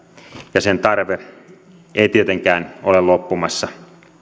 ja sen tarve eivät tietenkään ole loppumassa